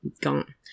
gone